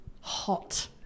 hot